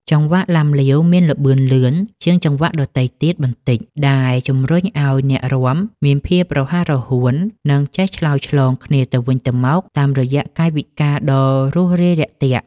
ចង្វាក់ឡាំលាវមានល្បឿនលឿនជាងចង្វាក់ដទៃបន្តិច ដែលជំរុញឱ្យអ្នករាំមានភាពរហ័សរហួន និងចេះឆ្លើយឆ្លងគ្នាទៅវិញទៅមកតាមរយៈកាយវិការដ៏រួសរាយរាក់ទាក់។